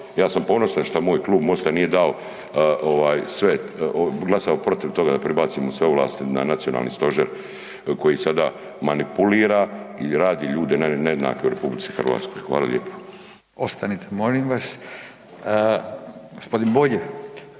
ja sam ponosan šta moj Klub MOST-a nije dao ovaj sve, glasao protiv toga da prebacimo sve ovlasti na nacionalni stožer koji sada manipulira i radi ljude nejednake u RH. Hvala lijepo. **Radin, Furio (Nezavisni)**